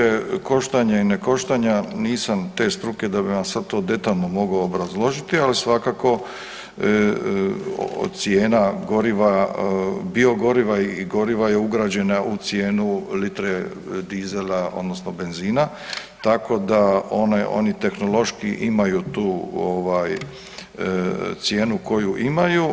Što se tiče koštanja i ne koštanja, nisam te struke da bi vam sad to detaljno mogao obrazložiti, ali svakako cijena goriva, biogoriva i goriva je ugrađena u cijenu litre dizela odnosno benzina tako da oni tehnološki imaju tu cijenu koju imaju.